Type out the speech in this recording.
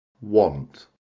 Want